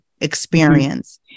experience